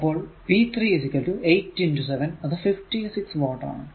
അപ്പോൾ p 3 8 7 അത് 56 watt ആണ്